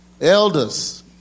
elders